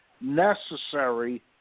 necessary